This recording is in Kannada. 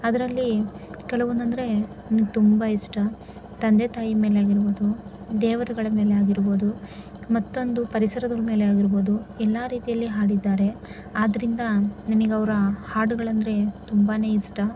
ಅದರಲ್ಲಿ ಕೆಲವೊಂದು ಅಂದರೆ ನನಗ್ ತುಂಬ ಇಷ್ಟ ತಂದೆ ತಾಯಿ ಮೇಲೆ ಆಗಿರ್ಬೋದು ದೇವರುಗಳ ಮೇಲೆ ಆಗಿರ್ಬೋದು ಮತ್ತೊಂದು ಪರಿಸರದ ಮೇಲೆ ಆಗಿರ್ಬೋದು ಎಲ್ಲ ರೀತಿಯಲ್ಲಿ ಹಾಡಿದ್ದಾರೆ ಆದ್ದರಿಂದ ನನಗ್ ಅವರ ಹಾಡುಗಳೆಂದ್ರೆ ತುಂಬಾ ಇಷ್ಟ